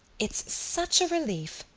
it's such a relief,